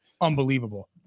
unbelievable